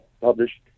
published